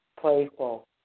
playful